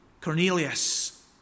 Cornelius